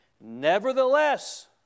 Nevertheless